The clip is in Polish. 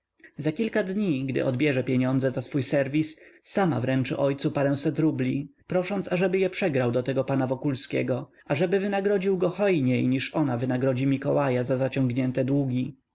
za kilka dni gdy odbierze pieniądze za swój serwis sama wręczy ojcu paręset rubli prosząc ażeby je przegrał do tego pana wokulskiego ażeby wynagrodził go hojniej niż ona wynagrodzi mikołaja za zaciągnięte długi